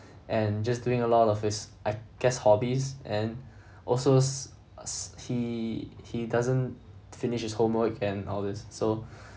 and just doing a lot of his I guess hobbies and also s~ us~ he he doesn't finish his homework and all this so